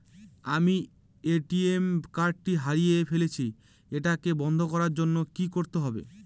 আমি ATM card টি হারিয়ে ফেলেছি এটাকে বন্ধ করার জন্য কি করতে হবে?